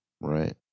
Right